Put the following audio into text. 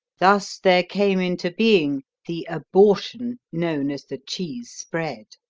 thus there came into being the abortion known as the cheese spread.